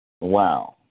Wow